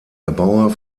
erbauer